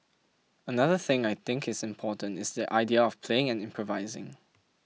another thing I think is important is the idea of playing and improvising